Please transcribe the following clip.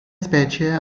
specie